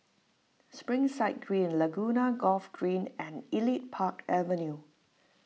Springside Green Laguna Golf Green and Elite Park Avenue